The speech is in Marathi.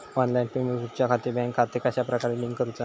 ऑनलाइन पेमेंट करुच्याखाती बँक खाते कश्या प्रकारे लिंक करुचा?